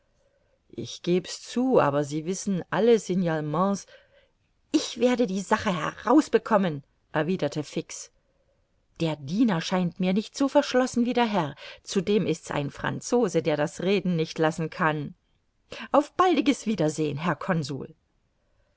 ich geb's zu aber sie wissen alle signalements ich werde die sache heraus bekommen erwiderte fix der diener scheint mir nicht so verschlossen wie der herr zudem ist's ein franzose der das reden nicht lassen kann auf baldiges wiedersehen herr